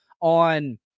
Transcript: on